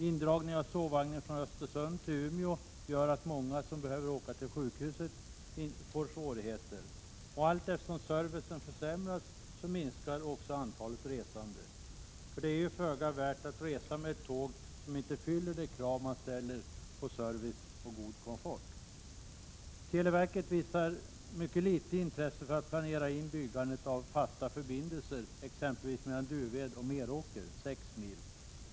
Indragning av sovvagnen från Östersund till Umeå gör att många som behöver åka till sjukhuset får svårigheter. Allteftersom servicen försämras minskar också antalet resande. Det är ju föga värt att resa med ett tåg som inte fyller de krav man ställer på service och god komfort. Televerket visar mycket litet intresse för att planera in byggandet av fasta förbindelser exempelvis mellan Duved och Meråker, sex mil.